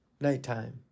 Nighttime